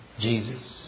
Jesus